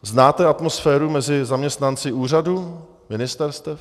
Znáte atmosféru mezi zaměstnanci úřadu, ministerstev?